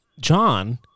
John